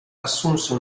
assunse